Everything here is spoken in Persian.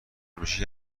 میشی